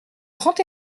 grand